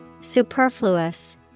Superfluous